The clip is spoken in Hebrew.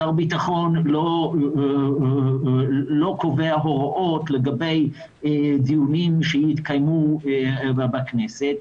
שר הביטחון לא קובע הוראות לגבי דיונים שיתקיימו בכנסת.